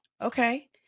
okay